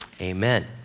Amen